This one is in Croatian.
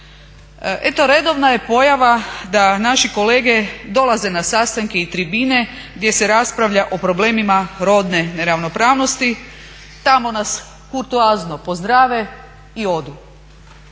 Eto redovna je pojava da naši kolege dolaze na sastanke i tribine gdje se raspravlja o problemima rodne neravnopravnosti. Tamo nas kurtoazno pozdrave i odu.